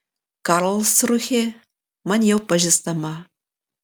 karlsrūhė man jau pažįstama